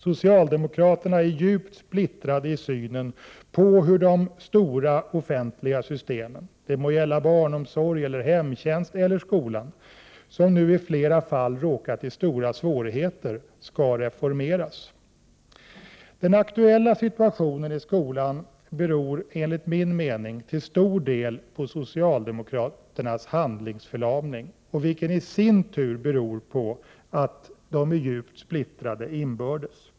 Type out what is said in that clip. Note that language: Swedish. Socialdemokraterna är djupt splittrade i synen på hur de stora offentliga systemen — de må gälla barnomsorgen, hemtjänsten eller skolan — som nu i flera fall har råkat i stora svårigheter, skall reformeras. Den aktuella situationen i skolan beror, enligt min mening, till stor del på socialdemokraternas handlingsförlamning, vilken i sin tur beror på att de är djupt splittrade inbördes.